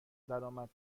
درآمد